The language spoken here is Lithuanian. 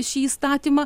šį įstatymą